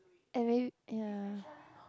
and may ya